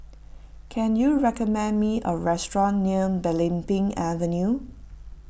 can you recommend me a restaurant near Belimbing Avenue